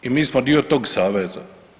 I mi smo dio tog saveza.